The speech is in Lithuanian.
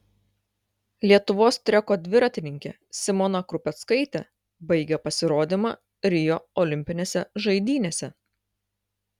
lietuvos treko dviratininkė simona krupeckaitė baigė pasirodymą rio olimpinėse žaidynėse